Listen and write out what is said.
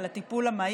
על הטיפול המהיר,